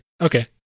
Okay